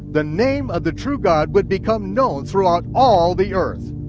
the name of the true god would become known throughout all the earth.